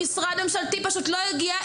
משרד ממשלתי פשוט לא הגיע,